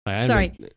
Sorry